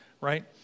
right